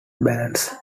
balance